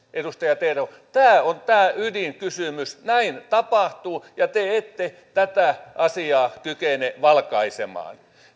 edustaja terho tämä on tämä ydinkysymys näin tapahtuu ja te ette tätä asiaa kykene valkaisemaan